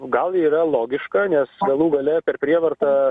gal yra logiška nes galų gale per prievartą